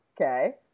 Okay